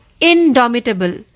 Indomitable